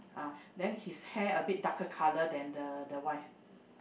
ah then his hair a bit darker color than the the wife